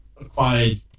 acquired